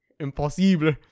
Impossible